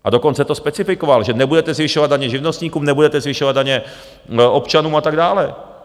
A dokonce to specifikoval, že nebudete zvyšovat daně živnostníkům, nebudete zvyšovat daně občanům a tak dále.